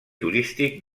turístic